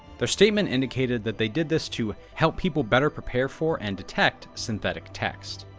their statement indicated that they did this to help people better prepare for and detect synthetic text.